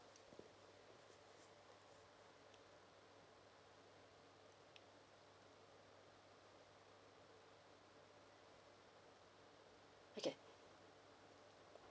okay